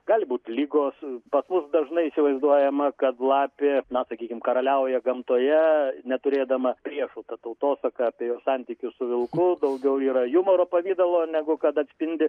gali būt ligos pas mus dažnai įsivaizduojama kad lapė na sakykim karaliauja gamtoje neturėdama priešų ta tautosaka apie jos santykius su vilku daugiau yra jumoro pavidalo negu kad atspindi